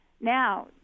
Now